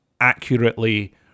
accurately